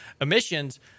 emissions